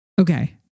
Okay